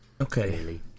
Okay